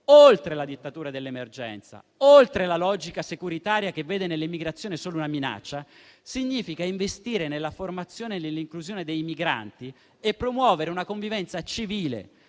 oltre la dittatura dell'emergenza, oltre la logica securitaria che vede nell'immigrazione solo una minaccia, significa investire nella formazione e nell'inclusione dei migranti e promuovere una convivenza civile,